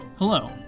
Hello